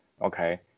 okay